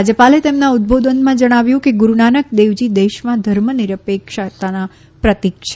રાજ્યપાલે તેમના ઉદબોધનમાં જણાવ્યું કે ગુરૂનાનક દેવજી દેશમાં ધર્મ નિરપેક્ષતાના પ્રતિક છે